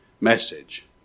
message